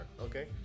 Okay